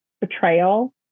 Betrayal